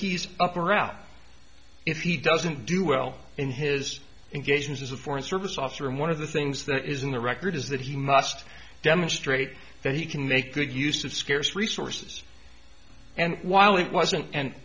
he's up or out if he doesn't do well in his engagements as a foreign service officer and one of the things that is in the record is that he must demonstrate that he can make good use of scarce resources and while it wasn't an